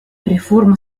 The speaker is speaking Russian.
реформа